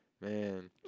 Man